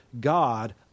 God